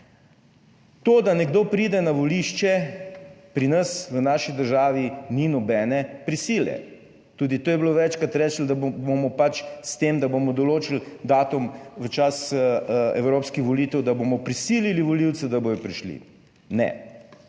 To, da nekdo pride na volišče, pri nas v naši državi ni nobene prisile. Tudi to je bilo večkrat rečeno, da bomo pač s tem, da bomo določili datum v času evropskih volitev, da bomo prisilili volivce, da bodo prišli. Ne.